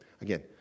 Again